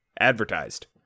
advertised